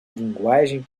linguagem